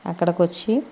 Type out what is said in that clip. అక్కడికి వచ్చి